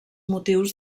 motius